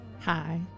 Hi